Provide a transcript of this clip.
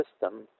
system